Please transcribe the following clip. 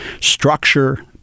structure